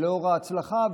ולאור ההצלחה,